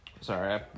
sorry